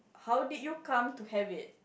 how did you come to have it